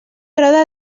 roda